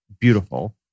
beautiful